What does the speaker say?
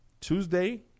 Tuesday